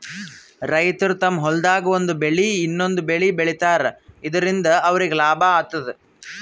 ರೈತರ್ ತಮ್ಮ್ ಹೊಲ್ದಾಗ್ ಒಂದ್ ಬೆಳಿ ಇನ್ನೊಂದ್ ಬೆಳಿ ಬೆಳಿತಾರ್ ಇದರಿಂದ ಅವ್ರಿಗ್ ಲಾಭ ಆತದ್